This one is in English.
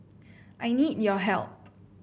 I need your help